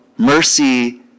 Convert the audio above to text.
Mercy